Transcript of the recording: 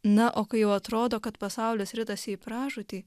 na o kai jau atrodo kad pasaulis ritasi į pražūtį